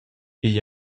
igl